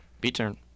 B-turn